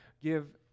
give